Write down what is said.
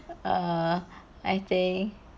err I think